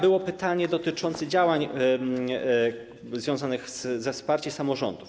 Padło pytanie dotyczące działań związanych ze wsparciem samorządów.